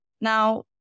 now